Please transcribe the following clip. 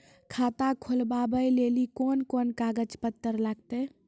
खाता खोलबाबय लेली कोंन कोंन कागज पत्तर लगतै?